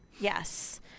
Yes